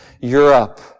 Europe